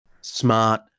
Smart